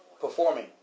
performing